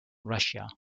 russia